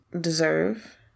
deserve